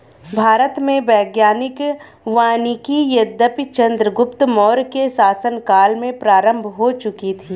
भारत में वैज्ञानिक वानिकी यद्यपि चंद्रगुप्त मौर्य के शासन काल में प्रारंभ हो चुकी थी